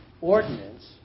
ordinance